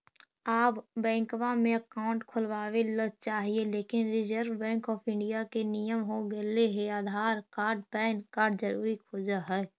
आब बैंकवा मे अकाउंट खोलावे ल चाहिए लेकिन रिजर्व बैंक ऑफ़र इंडिया के नियम हो गेले हे आधार कार्ड पैन कार्ड जरूरी खोज है?